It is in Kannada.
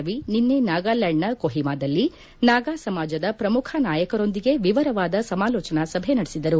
ರವಿ ನಿನ್ನೆ ನಾಗಾಲ್ಮಾಂಡ್ನ ಕೋಹಿಮಾದಲ್ಲಿ ನಾಗಾ ಸಮಾಜದ ಪ್ರಮುಖ ನಾಯಕರೊಂದಿಗೆ ವಿವರವಾದ ಸಮಾಲೋಚನಾ ಸಭೆ ನಡೆಸಿದರು